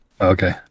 Okay